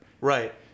right